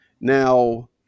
Now